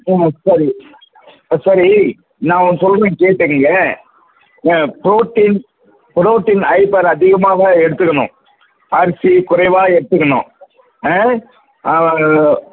ஆ சரி ஆ சரி நான் ஒன்று சொல்கிறேன் கேட்டுக்கங்க ஆ ப்ரோட்டீன் ப்ரோட்டீன் ஹைபர் அதிகமாக தான் எடுத்துக்கணும் அரிசி குறைவாக எடுத்துக்கணும் ஆ